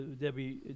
Debbie